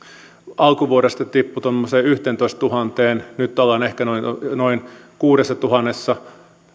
alkuvuodesta tippui tuommoiseen yhteentoistatuhanteen nyt ollaan ehkä noin noin kuudessatuhannessa